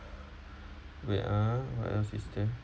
wait uh what else is there